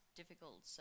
difficult